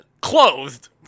clothed